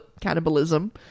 cannibalism